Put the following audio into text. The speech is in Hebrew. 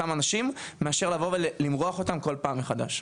אנשים מאשר למשוך אותם כל פעם מחדש.